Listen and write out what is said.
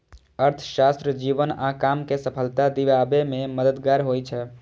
अर्थशास्त्र जीवन आ काम कें सफलता दियाबे मे मददगार होइ छै